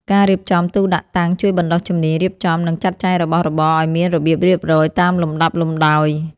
ការរៀបចំទូដាក់តាំងជួយបណ្ដុះជំនាញរៀបចំ និងចាត់ចែងរបស់របរឱ្យមានរបៀបរៀបរយតាមលំដាប់លំដោយ។